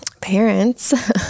parents